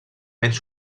menys